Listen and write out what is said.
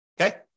okay